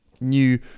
new